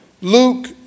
Luke